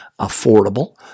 affordable